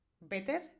better